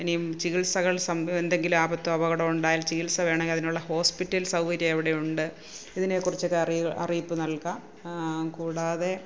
ഇനി ചികിത്സകൾ എന്തെങ്കിലും ആപത്തോ അപകടമോ ഉണ്ടായാൽ ചികിത്സ വേണേ അതിനുള്ള ഹോസ്പിറ്റൽ സൗകര്യം എവിടെയുണ്ട് ഇതിനെക്കുറിച്ചൊക്കെ അറിയുക അറിയിപ്പ് നൽകാം കൂടാതെ